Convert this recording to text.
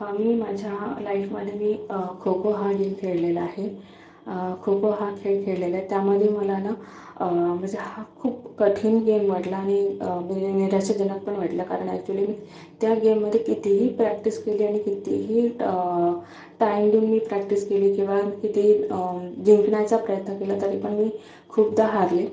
मी माझ्या लाईफमध्ये मी खो खो हा गेम खेळलेला आहे खो खो हा खेळ खेळलेला आहे त्यामध्ये मला ना म्हणजे हा खूप कठीण गेम वाटला आणि निराशाजनक पण वाटला कारण ऍक्च्युअली त्या गेममध्ये कितीही प्रॅक्टिस केली आणि कितीही टाइम देऊन मी प्रॅक्टिस केली किंवा किती जिंकण्याचा प्रयत्न केला तरी पण मी खूपदा हारले